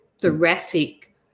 thoracic